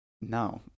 No